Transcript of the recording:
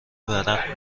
ورق